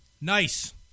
nice